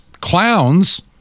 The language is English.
clowns